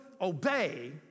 obey